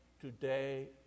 today